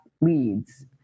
leads